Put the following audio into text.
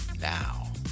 Now